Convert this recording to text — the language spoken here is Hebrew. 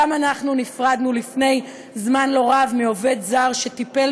גם אנחנו נפרדנו לפני זמן לא רב מעובד זר שטיפל